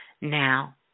now